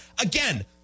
Again